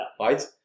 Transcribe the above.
Right